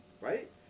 right